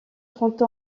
trente